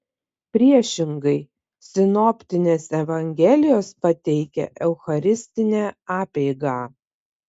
priešingai sinoptinės evangelijos pateikia eucharistinę apeigą